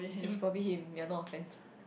it's probably him ya no offence